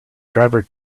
driver